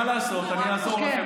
מה לעשות, אני אעזור לכם.